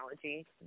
technology